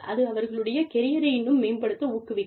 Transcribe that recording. அது அவர்களுடைய கரியரை இன்னும் மேம்படுத்த ஊக்குவிக்கும்